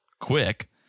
quick